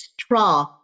straw